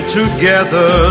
together